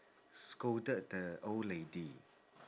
scolded the old lady